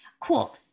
Cool